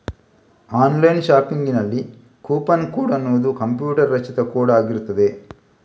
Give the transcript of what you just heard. online ಶಾಪಿಂಗಿನಲ್ಲಿ coupon code ಅನ್ನುದು computer ರಚಿತ ಕೋಡ್ ಆಗಿರ್ತದೆ